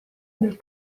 del